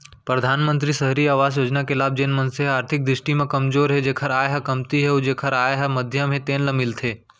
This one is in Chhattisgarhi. परधानमंतरी सहरी अवास योजना के लाभ जेन मनसे ह आरथिक दृस्टि म कमजोर हे जेखर आय ह कमती हे अउ जेखर आय ह मध्यम हे तेन ल मिलथे